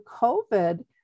COVID